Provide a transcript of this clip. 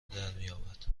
درمیابد